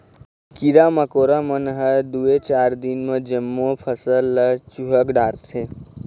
कीरा मकोरा मन ह दूए चार दिन म जम्मो फसल ल चुहक डारथे